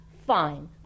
fine